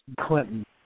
Clinton